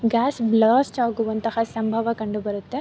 gas blast ಆಗುವಂತಹ ಸಂಭವ ಕಂಡುಬರುತ್ತೆ